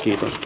kiitos